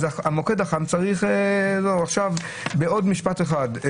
עוד משפט אחד.